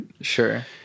Sure